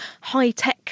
high-tech